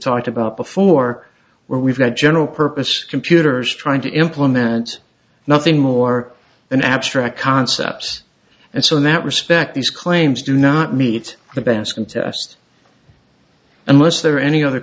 talked about before where we've got general purpose computers trying to implement nothing more than abstract concepts and so in that respect these claims do not meet the bands contest and was there any other